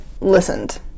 listened